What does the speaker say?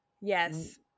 Yes